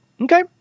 Okay